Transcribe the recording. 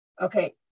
okay